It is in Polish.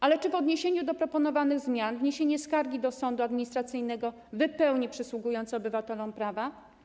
Ale czy w odniesieniu do proponowanych zmian wniesienie skargi do sądu administracyjnego wypełni przysługujące obywatelom prawa?